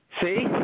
See